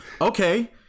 okay